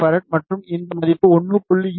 F மற்றும் இந்த மதிப்பு 1